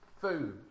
food